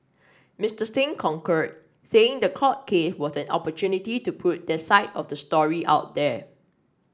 Mister Singh concurred saying the court case was an opportunity to put their side of the story out there